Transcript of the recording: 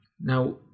Now